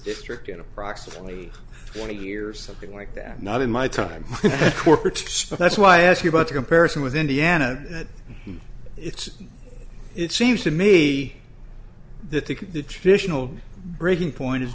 trick in approximately twenty years something like that not in my time corporatists but that's why i ask you about the comparison with indiana that it's it seems to me the think the traditional breaking point